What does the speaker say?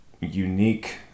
unique